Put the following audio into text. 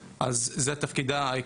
אז זה גם מטעה.